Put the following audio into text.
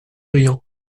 brillants